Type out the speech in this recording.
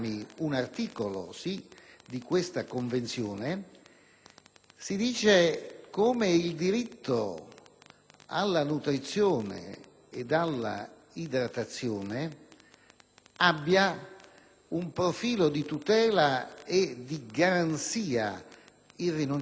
si dice come il diritto alla nutrizione e all'idratazione abbia un profilo di tutela e di garanzia irrinunciabile. Certo, mi rendo conto